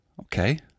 Okay